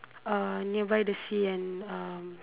uh nearby the sea and um